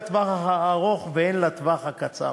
הן לטווח הארוך והן לטווח הקצר.